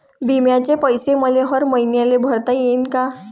बिम्याचे पैसे मले हर मईन्याले भरता येईन का?